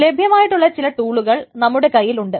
ലഭ്യമായിട്ടുള്ള ചില ടൂളുകൾ നമ്മുടെ കയ്യിൽ ഉണ്ട്